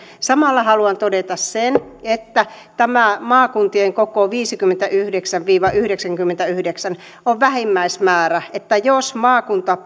samalla haluan todeta sen että tämä maakuntien koko viisikymmentäyhdeksän viiva yhdeksänkymmentäyhdeksän on vähimmäismäärä jos maakunta